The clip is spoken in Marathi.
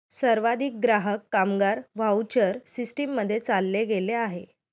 सर्वाधिक ग्राहक, कामगार व्हाउचर सिस्टीम मध्ये चालले गेले आहे